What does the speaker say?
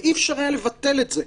ואי-אפשר היה לבטל את זה,